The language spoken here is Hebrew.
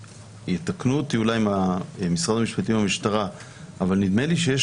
יתקנו אותי אולי ממשרד המשפטים והמשטרה אבל נדמה לי שיש